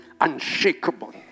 unshakable